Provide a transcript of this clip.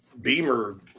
Beamer